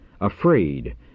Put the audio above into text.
afraid